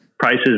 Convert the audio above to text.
prices